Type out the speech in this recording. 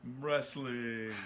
Wrestling